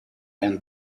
and